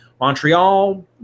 Montreal